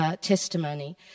testimony